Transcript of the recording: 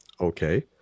Okay